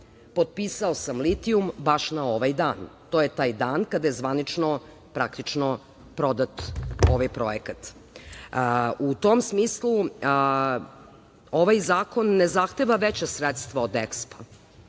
potpisao sam litijum baš na ovaj dan. To je taj dan kada je zvanično, praktično prodat ovaj projekat“.U tom smislu ovaj zakon ne zahteva veća sredstva od EKSPO.